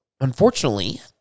unfortunately